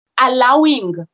allowing